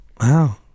Wow